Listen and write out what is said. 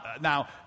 now